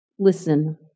listen